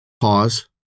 pause